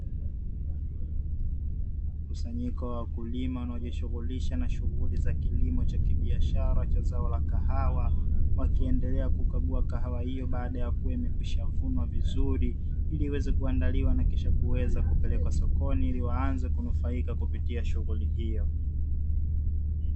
Mkusanyiko wa wakulima wanaojishughulisha na shughuli za kilimo cha kibiashara cha zao la kahawa, wakiendelea kukagua kahawa hiyo, baada ya kuwa wamekwisha kuiva vizuri, ili iweze kuandaliwa na kisha kuweza kupelekwa sokoni, ili waanze kunufaika kupitia shughuli hiyo.